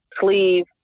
sleeve